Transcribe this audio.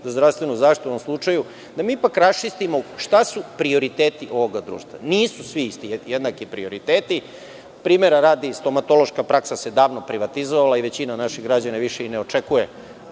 zdravstvenu zaštitu u ovom slučaju, da mi ipak raščistimo šta su prioriteti ovoga društva? Nisu svi jednaki prioriteti. Primera radi, stomatološka praksa se davno privatizovala i većina naših građana više i ne očekuje,